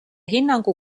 hinnangu